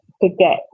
forget